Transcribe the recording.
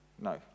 No